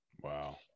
Wow